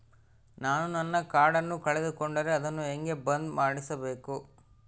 ನಾನು ನನ್ನ ಕಾರ್ಡನ್ನ ಕಳೆದುಕೊಂಡರೆ ಅದನ್ನ ಹೆಂಗ ಬಂದ್ ಮಾಡಿಸಬೇಕು?